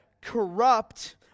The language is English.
corrupt